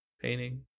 painting